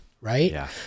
right